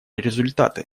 результаты